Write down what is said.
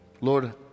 Lord